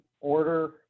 Order